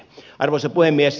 arvoisa puhemies